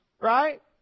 right